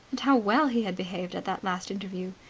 and how well he had behaved at that last interview.